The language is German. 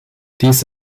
dies